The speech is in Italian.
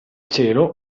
cielo